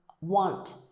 want